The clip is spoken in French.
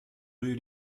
rue